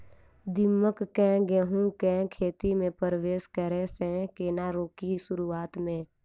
दीमक केँ गेंहूँ केँ खेती मे परवेश करै सँ केना रोकि शुरुआत में?